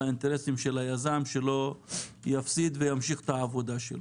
האינטרסים של היזם שלא יפסיד וימשיך את עבודתו.